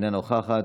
אינו נוכח,